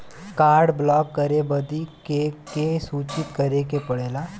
Card block करे बदी के के सूचित करें के पड़ेला?